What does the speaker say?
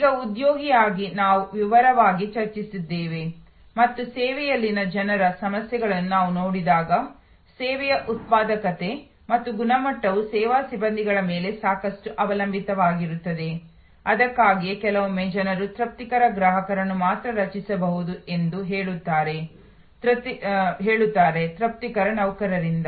ಈಗ ಉದ್ಯೋಗಿಯಾಗಿ ನಾವು ವಿವರವಾಗಿ ಚರ್ಚಿಸಿದ್ದೇವೆ ಮತ್ತು ಸೇವೆಯಲ್ಲಿನ ಜನರ ಸಮಸ್ಯೆಗಳನ್ನು ನಾವು ನೋಡಿದಾಗ ಸೇವೆಯ ಉತ್ಪಾದಕತೆ ಮತ್ತು ಗುಣಮಟ್ಟವು ಸೇವಾ ಸಿಬ್ಬಂದಿಗಳ ಮೇಲೆ ಸಾಕಷ್ಟು ಅವಲಂಬಿತವಾಗಿರುತ್ತದೆ ಅದಕ್ಕಾಗಿಯೇ ಕೆಲವೊಮ್ಮೆ ಜನರು ತೃಪ್ತಿಕರ ಗ್ರಾಹಕರನ್ನು ಮಾತ್ರ ರಚಿಸಬಹುದು ಎಂದು ಹೇಳುತ್ತಾರೆ ತೃಪ್ತಿಕರ ನೌಕರರಿಂದ